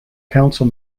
council